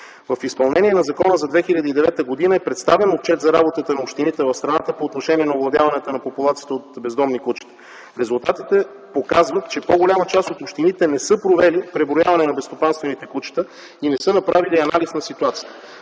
В изпълнение на закона за 2009 г. е представен отчет за работата на общините в страната по отношение на овладяването на популацията от бездомни кучета. Резултатите показват, че по-голяма част от общините не са провели преброяване на безстопанствените кучета и не са направили и анализ на ситуацията.